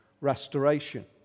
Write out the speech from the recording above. restoration